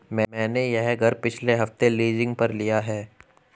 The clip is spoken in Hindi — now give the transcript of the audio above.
मैंने यह घर पिछले हफ्ते लीजिंग पर लिया है